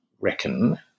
reckon